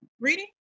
reading